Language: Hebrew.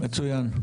מצוין.